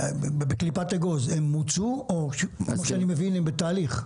בקליפת אגוז הן מוצו, או שהן בתהליך?